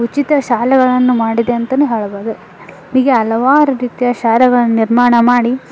ಉಚಿತ ಶಾಲೆಗಳನ್ನು ಮಾಡಿದೆ ಅಂತನೂ ಹೇಳಬೌದು ಹೀಗೆ ಹಲವಾರು ರೀತಿಯ ಶಾಲೆಗಳನ್ನು ನಿರ್ಮಾಣ ಮಾಡಿ